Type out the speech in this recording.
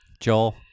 Joel